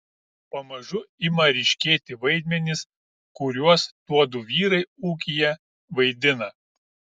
pamažu ima ryškėti vaidmenys kuriuos tuodu vyrai ūkyje vaidina